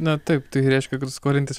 na taip tai reiškia kad skolintis